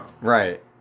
Right